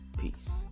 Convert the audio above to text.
Peace